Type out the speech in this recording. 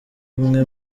umwe